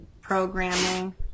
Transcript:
programming